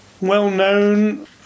well-known